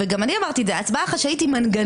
וגם אני אמרתי את זה שהצבעה חשאית היא מנגנון,